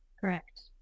Correct